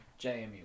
JMU